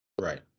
Right